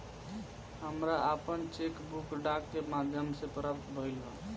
हमरा आपन cheque book डाक के माध्यम से प्राप्त भइल ह